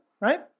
right